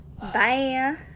Bye